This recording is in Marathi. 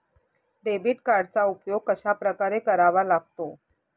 डेबिट कार्डचा उपयोग कशाप्रकारे करावा लागतो?